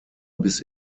bis